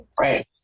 right